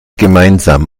gemeinsam